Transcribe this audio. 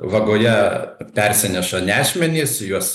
vagoje persineša nešmenys juos